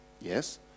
yes